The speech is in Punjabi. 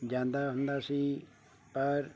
ਜਾਂਦਾ ਹੁੰਦਾ ਸੀ ਪਰ